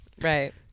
Right